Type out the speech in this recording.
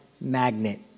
magnet